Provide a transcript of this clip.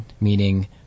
meaning